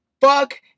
fuck